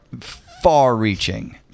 far-reaching